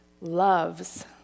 loves